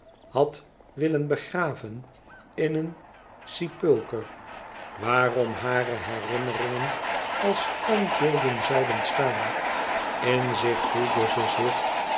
had willen begraven in een sepulker waarom hare herinneringen als standbeelden zouden staan in zich voelde ze zich